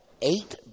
eight